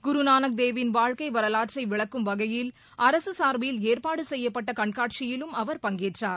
குருநானக் தேவ் ன் வாழ்க்கை வரலாற்றை விளக்கும் வகையில் அரசு சார்பில் ஏற்பாடு செய்யப்பட்ட கண்காட்சியிலும் அவர் பங்கேற்றார்